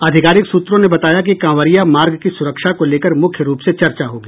आधिकारिक सूत्रों ने बताया कि कांवरिया मार्ग की सुरक्षा को लेकर मुख्य रूप से चर्चा होगी